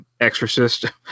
Exorcist